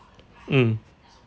mm